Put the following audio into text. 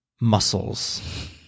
Muscles